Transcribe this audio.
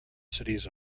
cities